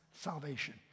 salvation